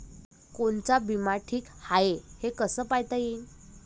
कोनचा बिमा ठीक हाय, हे कस पायता येईन?